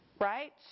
Right